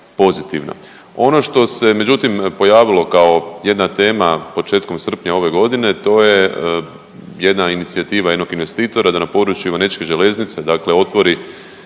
pozitivna. Ono što se međutim pojavilo kao jedna tema početkom srpnja ove godine to je jedna inicijativa jednog investitora da na području Ivanečke Željeznice, dakle otvori